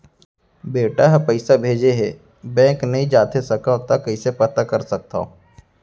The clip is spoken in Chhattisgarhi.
बेटा ह पइसा भेजे हे बैंक नई जाथे सकंव त कइसे पता कर सकथव?